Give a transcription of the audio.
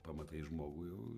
pamatai žmogų jau